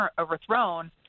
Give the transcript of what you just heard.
overthrown